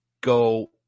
go